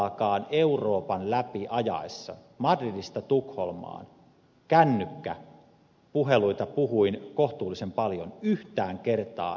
kertaakaan euroopan läpi madridista tukholmaan ajaessani puheluita puhuin kohtuullisen paljon yhtään kertaa puhelu ei katkennut